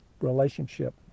relationship